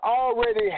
already